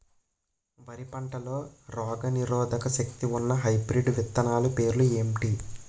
వరి పంటలో రోగనిరోదక శక్తి ఉన్న హైబ్రిడ్ విత్తనాలు పేర్లు ఏంటి?